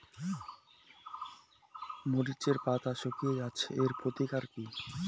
মরিচের পাতা শুকিয়ে যাচ্ছে এর প্রতিকার কি?